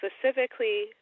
specifically